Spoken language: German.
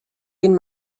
den